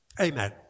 Amen